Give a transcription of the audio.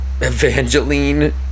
Evangeline